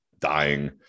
dying